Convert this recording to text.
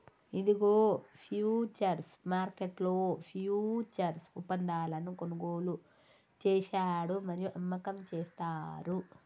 ఇదిగో ఫ్యూచర్స్ మార్కెట్లో ఫ్యూచర్స్ ఒప్పందాలను కొనుగోలు చేశాడు మరియు అమ్మకం చేస్తారు